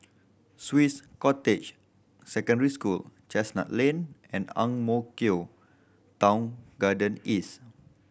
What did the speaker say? Swiss Cottage Secondary School Chestnut Lane and Ang Mo Kio Town Garden East